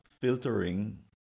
filtering